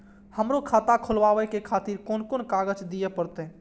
हमरो खाता खोलाबे के खातिर कोन कोन कागज दीये परतें?